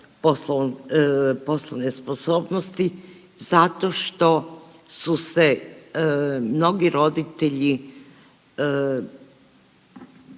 poslovne sposobnosti zato što su se mnogi roditelji